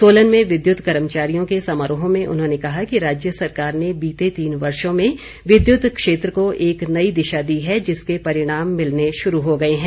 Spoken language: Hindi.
सोलन में विद्युत कर्मचारियों के समारोह में उन्होंने कहा कि राज्य सरकार ने बीते तीन वर्षों में विद्युत क्षेत्र को एक नई दिशा दी है जिसके परिणाम मिलने शुरू हो गए हैं